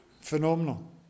Phenomenal